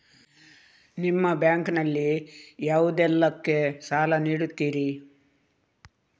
ನಿಮ್ಮ ಬ್ಯಾಂಕ್ ನಲ್ಲಿ ಯಾವುದೇಲ್ಲಕ್ಕೆ ಸಾಲ ನೀಡುತ್ತಿರಿ?